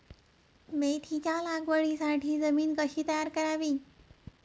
मेथीच्या लागवडीसाठी जमीन कशी तयार करावी?